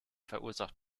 verursacht